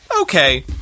Okay